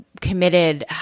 committed